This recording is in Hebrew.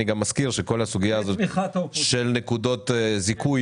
אני גם מזכיר שבכל הסוגייה הזאת של נקודות זיכוי,